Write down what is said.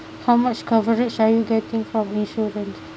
how much coverage are you getting from insurance